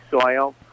soil